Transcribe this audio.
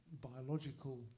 biological